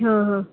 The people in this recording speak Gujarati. હાં હાં